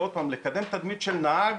עוד פעם, לקדם תדמית של נהג